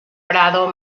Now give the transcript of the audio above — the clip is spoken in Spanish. prado